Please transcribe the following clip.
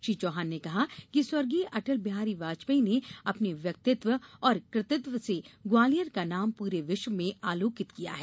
श्री चौहान ने कहा कि स्व अटल बिहारी वाजपेयी ने अपने व्यक्तित्व और कृतित्व से ग्वालियर का नाम पूरे विश्व में आलोकित किया है